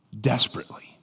desperately